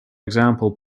example